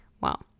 Wow